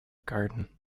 garden